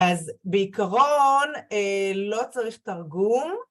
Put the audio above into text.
אז בעקרון לא צריך תרגום